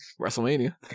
wrestlemania